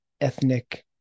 ethnic